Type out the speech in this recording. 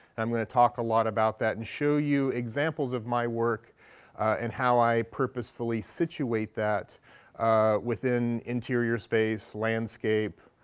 i'm going to talk a lot about that and show you examples of my work and how i purposefully situate that within interior space, landscape,